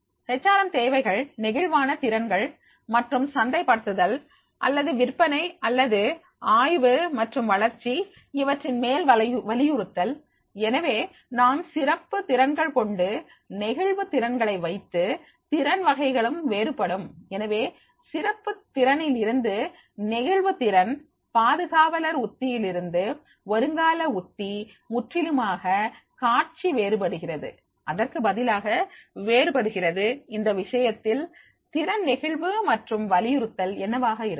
H R M தேவைகள் நெகிழ்வான திறன்கள் மற்றும் சந்தைப்படுத்துதல் அல்லது விற்பனை அல்லது ஆய்வு மற்றும் வளர்ச்சி இவற்றின் மேல் வலியுறுத்தல் எனவே நாம் சிறப்பு திறன்கள் கொண்டு நெகிழ்வு திறன்களை வைத்து திறன் வகைகளும் வேறுபடும் எனவே சிறப்பு திறனில் இருந்து நெகிழ்வு திறன் பாதுகாவலர் உத்தியில் இருந்து வருங்கால உத்திமுற்றிலுமாக காட்சி வேறுபடுகிறது அதற்கு பதிலாக வேறுபடுகிறது இந்த விஷயத்தில் திறன் நெகிழ்வு மற்றும் வலியுறுத்தல் என்னவாக இருக்கும்